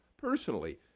personally